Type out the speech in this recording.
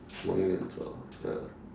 morning then zao ya